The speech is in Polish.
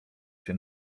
się